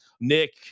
Nick